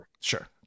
Sure